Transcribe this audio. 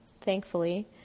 Thankfully